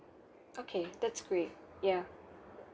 okay that's great ya